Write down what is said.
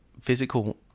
physical